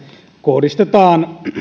kohdistetaan varoja